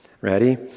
Ready